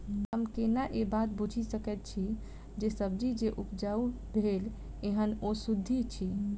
हम केना ए बात बुझी सकैत छी जे सब्जी जे उपजाउ भेल एहन ओ सुद्ध अछि?